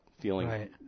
feeling